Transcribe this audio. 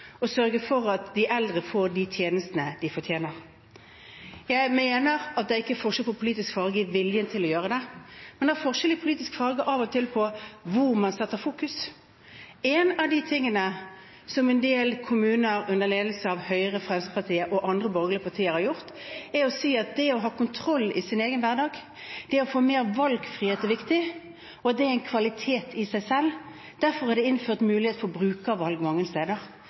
de eldre får de tjenestene de fortjener. Jeg mener at det ikke er forskjell på politisk farge når det gjelder viljen til å gjøre det, men det er av og til forskjell i politisk farge når det gjelder hvor man setter fokus. Én av de tingene som en del kommuner under ledelse av Høyre, Fremskrittspartiet og andre borgerlige partier har gjort, er å si at det å ha kontroll i sin egen hverdag og få mer valgfrihet er viktig, og at det er en kvalitet i seg selv. Derfor er det innført mulighet for brukervalg mange steder.